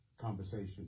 conversation